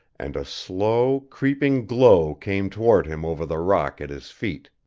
and a slow, creeping glow came toward him over the rock at his feet.